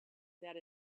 that